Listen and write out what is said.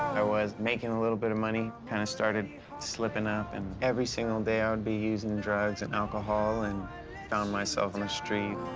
i was making a little bit of money. kind of started slipping up, and every single day ah and be using drugs and alcohol, and found myself on the street.